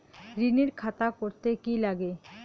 ঋণের খাতা করতে কি লাগে?